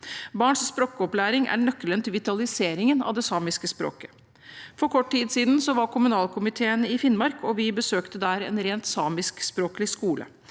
Barns språkopplæring er nøkkelen til vitaliseringen av det samiske språket. For kort tid siden var kommunalkomiteen i Finnmark, og vi besøkte der en rent samiskspråklig skole,